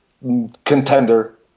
contender